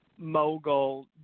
mogul